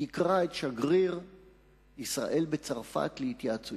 יקרא את שגריר ישראל בצרפת להתייעצויות,